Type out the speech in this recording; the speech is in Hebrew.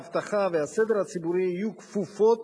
האבטחה והסדר הציבורי יהיו כפופות